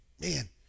Man